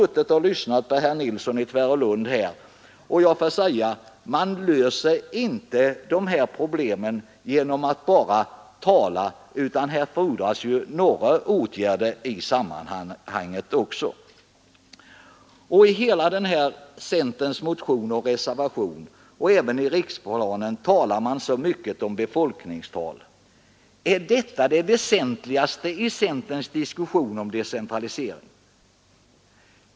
Efter att ha lyssnat på herr Nilsson i Tvärålund får jag säga, att man inte löser dessa problem genom att bara tala, utan att det också fordras några åtgärder. I centerns motion och reservation liksom även i riksplanen talar man mycket om befolkningstal. Är detta det väsentligaste i centerns diskussion om decentralisering?